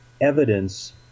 evidence